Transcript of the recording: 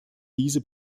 diese